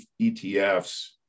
etfs